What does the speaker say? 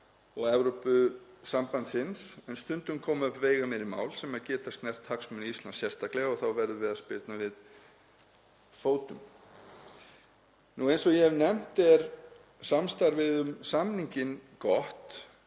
og Evrópusambandsins en stundum koma upp veigaminni mál sem geta snert hagsmuni Íslands sérstaklega og þá verðum við að spyrna við fótum. Eins og ég hef nefnt er samstarfið um samninginn gott